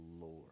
Lord